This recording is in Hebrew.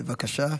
בבקשה.